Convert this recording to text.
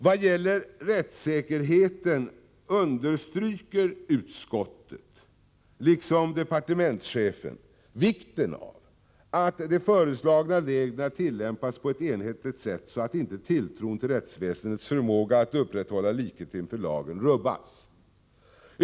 Vad gäller rättssäkerheten understryker utskottet, liksom departementschefen, vikten av att de föreslagna reglerna tillämpas på ett enhetligt sätt, så att inte tilltron till rättsväsendets förmåga att upprätthålla likhet inför lagen rubbas.